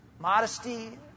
modesty